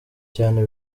cyane